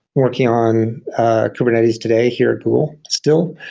working on kubernetes today here at google still,